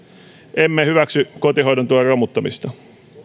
emme hyväksy kotihoidon tuen romuttamista